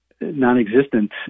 non-existent